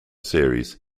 series